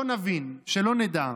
שלא נבין, שלא נדע.